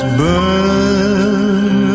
burn